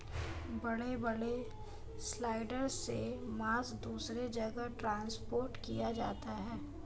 बड़े बड़े सलयार्ड से मांस दूसरे जगह ट्रांसपोर्ट किया जाता है